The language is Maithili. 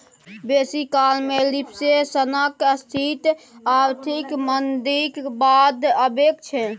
बेसी काल रिफ्लेशनक स्थिति आर्थिक मंदीक बाद अबै छै